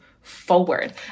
forward